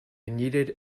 needed